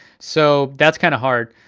so that's kinda hard.